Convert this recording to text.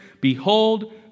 Behold